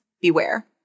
beware